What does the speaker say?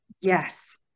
Yes